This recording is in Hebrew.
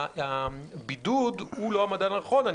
הבידוד הוא לא המדד הנכון.